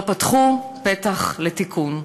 לא פתחו פתח לתיקון,